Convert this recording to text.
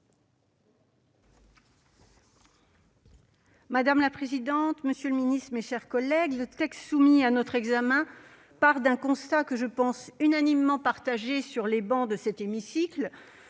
Madame la présidente, monsieur le secrétaire d'État, mes chers collègues, le texte soumis à notre examen part d'un constat que je pense unanimement partagé dans cet hémicycle